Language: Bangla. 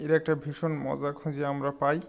এর একটা ভীষণ মজা খুঁজে আমরা পাই